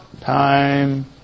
time